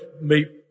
meet